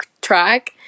track